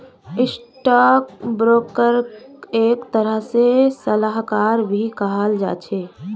stock ब्रोकरक एक तरह से सलाहकार भी कहाल जा छे